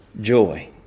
joy